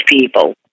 people